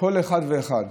כל אחד ואחד